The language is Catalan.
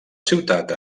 ciutat